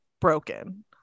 broken